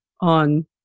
on